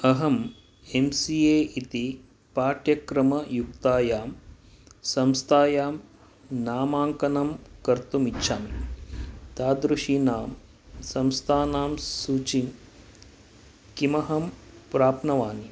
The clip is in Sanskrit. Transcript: अहं एम् सी ए इति पाठ्यक्रमयुक्तायां संस्थायां नामाङ्कनं कर्तुम् इच्छामि तादृशीनां संस्थानां सूचीं किमहं प्राप्नवानि